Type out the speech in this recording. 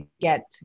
get